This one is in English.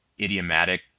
idiomatic